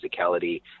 physicality